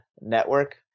network